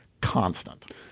constant